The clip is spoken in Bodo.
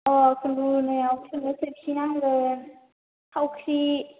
अ खुन्दुं लुनायाव सोरखि नांगोन थावख्रि